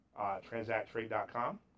transacttrade.com